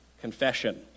confession